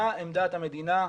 מה עמדת המדינה,